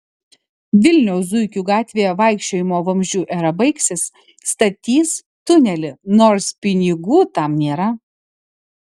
vilniaus zuikių gatvėje vaikščiojimo vamzdžiu era baigsis statys tunelį nors pinigų tam nėra